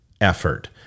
effort